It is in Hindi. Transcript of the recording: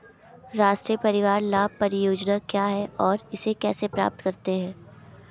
राष्ट्रीय परिवार लाभ परियोजना क्या है और इसे कैसे प्राप्त करते हैं?